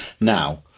Now